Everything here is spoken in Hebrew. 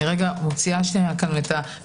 אני מוציאה שנייה את הביטחון.